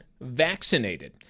vaccinated